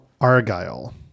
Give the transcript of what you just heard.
Argyle